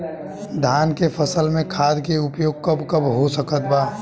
धान के फसल में खाद के उपयोग कब कब हो सकत बा?